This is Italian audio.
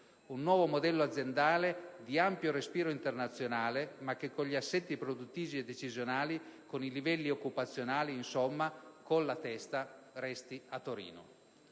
un nuovo modello aziendale di ampio respiro internazionale ma che con gli assetti produttivi e decisionali, con i livelli occupazionali - insomma, con la «testa» - resti a Torino.